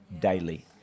daily